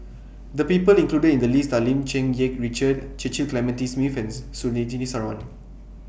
The People included in The list Are Lim Cherng Yih Richard Cecil Clementi Smith Ans Surtini Sarwan